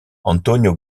antonio